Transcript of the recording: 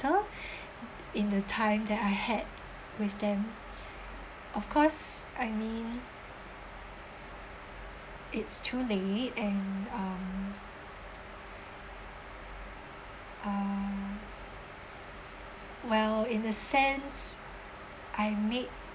in the time that I had with them of course I mean it's too late and um uh well in a sense I make